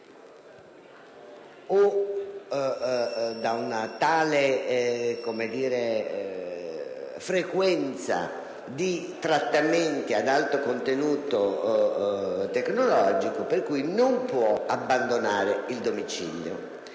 un'elevata frequenza, trattamenti ad alto contenuto tecnologico), per cui non può abbandonare il domicilio.